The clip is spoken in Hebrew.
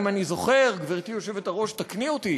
אם אני זוכר, גברתי היושבת-ראש, תקני אותי,